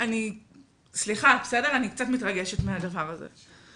סליחה, אני קצת מתרגשת מהדבר הזה.